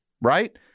right